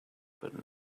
but